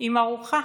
עם ארוחה.